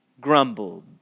grumbled